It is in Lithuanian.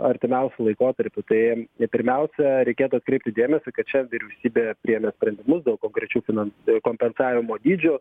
artimiausiu laikotarpiu tai pirmiausia reikėtų atkreipti dėmesį kad čia vyriausybė priėmė sprendimus dėl konkrečių finans kompensavimo dydžių